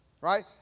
right